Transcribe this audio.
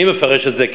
אני מפרש את זה,